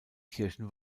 kirchen